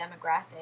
demographic